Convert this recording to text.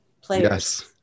players